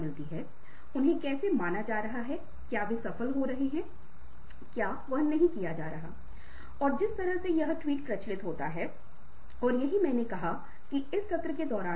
वह कंपनी के शेयरों को बेच रहा था और वह बार बार लक्ष्य को पार कर रहा था जो उसे क्षेत्र के बिक्री प्रबंधक की स्थिति में ले गया